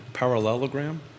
parallelogram